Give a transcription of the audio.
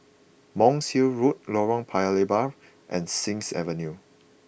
Monk's Hill Road Lorong Paya Lebar and Sings Avenue